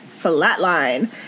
flatline